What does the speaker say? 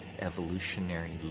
evolutionary